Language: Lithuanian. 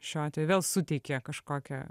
šiuo atveju vėl suteikė kažkokią